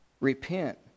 Repent